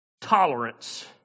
tolerance